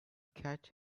cat